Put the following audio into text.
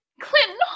Clinton